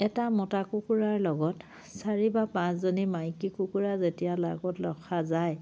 এটা মতা কুকুৰাৰ লগত চাৰি বা পাঁচজনী মাইকী কুকুৰা যেতিয়া লগত ৰখা যায়